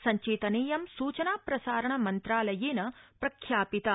सब्चेतनेयं सुचना प्रसारणमन्त्रालयेन प्रख्यापिता